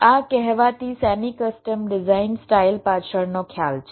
આ કહેવાતી semi custom design style પાછળનો ખ્યાલ છે